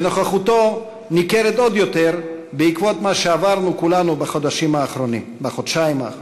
ונוכחותו ניכרת עוד יותר בעקבות מה שעברנו כולנו בחודשיים האחרונים,